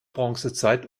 bronzezeit